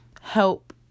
help